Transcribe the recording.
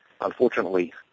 Unfortunately